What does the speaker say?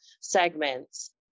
segments